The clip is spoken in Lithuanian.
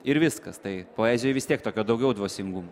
ir viskas tai poezijoj vis tiek tokio daugiau dvasingumo